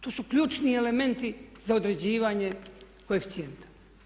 Tu su ključni elementi za određivanje koeficijenta.